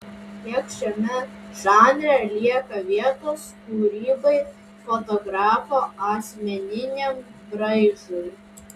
kiek šiame žanre lieka vietos kūrybai fotografo asmeniniam braižui